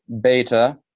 beta